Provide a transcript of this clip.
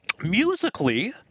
Musically